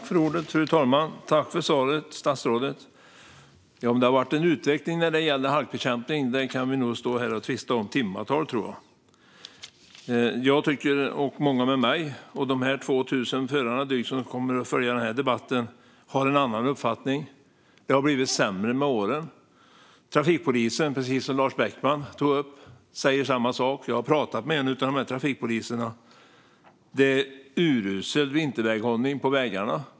Fru talman! Jag tackar statsrådet för svaret. Om det har varit en utveckling när det gäller halkbekämpning kan vi nog stå här och tvista om i timmatal, tror jag. Jag och de 2 000 förare som följer denna debatt har en annan uppfattning. Det har blivit sämre med åren. Precis som Lars Beckman tog upp säger trafikpolisen samma sak. Jag har pratat med en trafikpolis, och det är urusel vinterväghållning på vägarna.